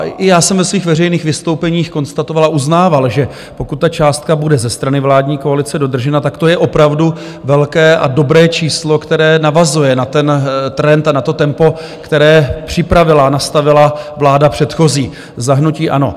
I já jsem ve svých veřejných vystoupeních konstatoval a uznával, že pokud ta částka bude ze strany vládní koalice dodržena, tak to je opravdu velké a dobré číslo, které navazuje na trend a na tempo, které připravila a nastavila vláda předchozí za hnutí ANO.